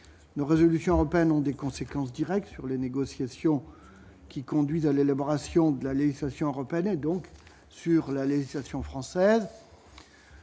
une résolution européenne ont des conséquences directes sur les négociations qui conduisent à l'élaboration de la législation européenne et donc sur la législation française,